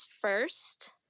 first